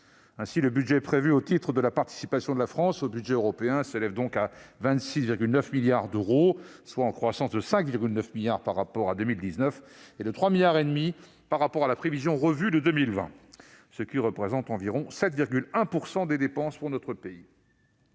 France. Le budget prévu au titre de la participation de la France au budget européen s'élève à 26,9 milliards d'euros, soit une hausse de 5,9 milliards d'euros par rapport à 2019 et de 3,5 milliards d'euros par rapport à la prévision revue de 2020. Cela représente environ 7,1 % des dépenses pour notre pays.